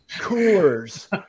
coolers